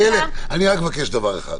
אני רק מבקש דבר אחד.